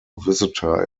visitor